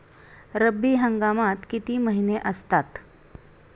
रब्बी हंगामात किती महिने असतात?